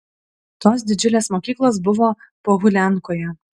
tos didžiulės mokyklos buvo pohuliankoje